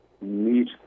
meet